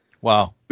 Wow